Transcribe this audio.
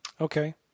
Okay